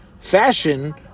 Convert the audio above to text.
fashion